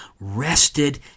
rested